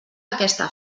aquesta